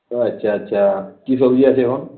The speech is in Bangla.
আচ্ছা আচ্ছা কী সবজি আছে এখন